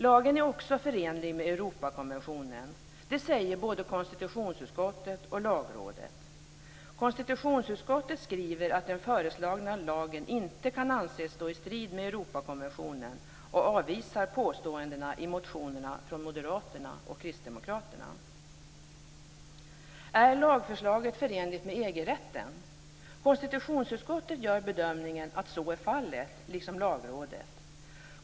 Lagen är också förenlig med Europakonventionen. Det säger både konstitutionsutskottet och Lagrådet. Konstitutionsutskottet skriver att den föreslagna lagen inte kan anses stå i strid med Europakonventionen och avvisar påståendena i motionerna från moderaterna och kristdemokraterna. Är lagförslaget förenligt med EG-rätten? Konstitutionsutskottet gör bedömningen att så är fallet, liksom Lagrådet.